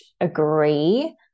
agree